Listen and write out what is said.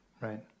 Right